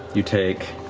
you take.